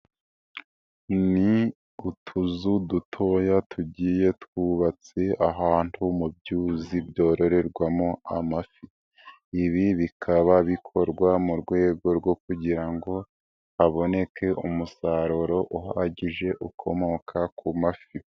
Ni utuzu dutoya tugiye twubatse ahantu mu byuzi byororerwamo amafi. Ibi bikaba bikorwa mu rwego rwo kugira ngo haboneke umusaruro uhagije ukomoka ku mafi.